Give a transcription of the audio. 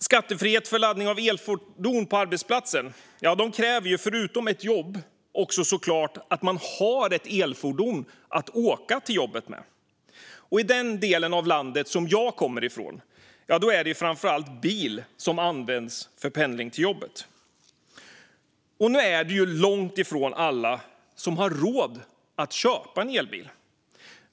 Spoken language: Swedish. Skattefrihet för laddning av elfordon på arbetsplatsen kräver förutom ett jobb också såklart att man har ett elfordon att åka till jobbet med. I den del av landet som jag kommer ifrån är det framför allt bil som används för pendling till jobbet. Det är långt ifrån alla som har råd att köpa en elbil.